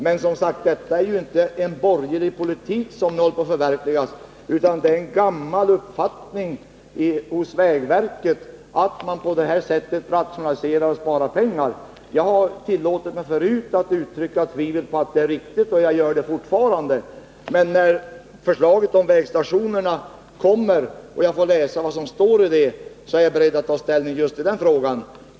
Men detta är inte en borgerlig politik som håller på att förverkligas, utan det är en gammal uppfattning hos vägverket att man genom denna indragning rationaliserar och sparar pengar. Jag har tillåtit mig förut att uttrycka tvivel på att detta är riktigt, och jag gör det fortfarande. När förslaget om vägstationerna kommer och jag får läsa det är jag beredd att ta ställning till den frågan.